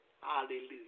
hallelujah